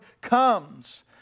comes